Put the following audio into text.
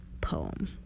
poem